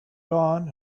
dawn